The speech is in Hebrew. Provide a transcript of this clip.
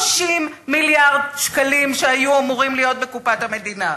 30 מיליארד שקלים שהיו אמורים להיות בקופת המדינה.